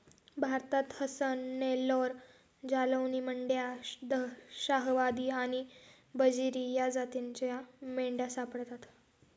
भारतात हसन, नेल्लोर, जालौनी, मंड्या, शाहवादी आणि बजीरी या जातींच्या मेंढ्या सापडतात